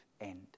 end